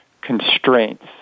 constraints